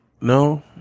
no